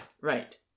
Right